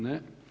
Ne.